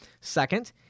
Second